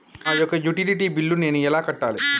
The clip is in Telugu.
నా యొక్క యుటిలిటీ బిల్లు నేను ఎలా కట్టాలి?